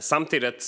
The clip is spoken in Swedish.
Samtidigt